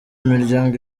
imiryango